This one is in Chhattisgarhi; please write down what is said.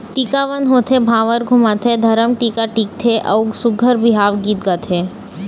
टिकावन होथे, भांवर घुमाथे, धरम टीका टिकथे अउ सुग्घर बिहाव गीत गाथे